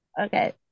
Okay